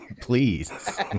please